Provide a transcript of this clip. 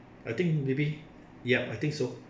I think maybe yup I think so